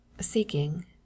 seeking